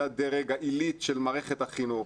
זה הדרג העלי של מערכת החינוך,